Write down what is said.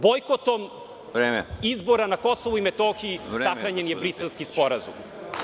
Bojkotom izbora na Kosovu i Metohiji sahranjen je Briselski sporazum.